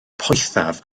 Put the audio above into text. poethaf